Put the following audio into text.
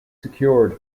secured